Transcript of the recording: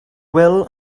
wil